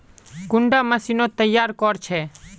कुंडा मशीनोत तैयार कोर छै?